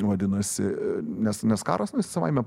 vadinasi nes nes karas savaime